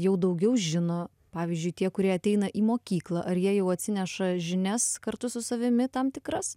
jau daugiau žino pavyzdžiui tie kurie ateina į mokyklą ar jie jau atsineša žinias kartu su savimi tam tikras